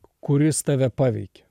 kuris tave paveikė